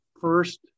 first